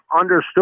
understood